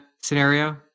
scenario